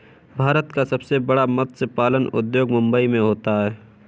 भारत का सबसे बड़ा मत्स्य पालन उद्योग मुंबई मैं होता है